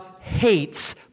hates